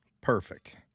Perfect